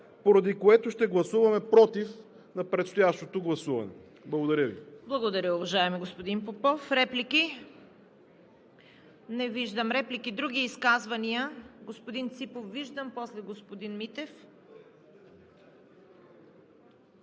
поради което ще гласуваме „против“ на предстоящото гласуване. Благодаря Ви.